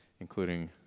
including